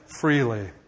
freely